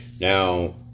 Now